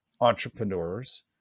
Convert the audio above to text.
entrepreneurs